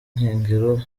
nkengero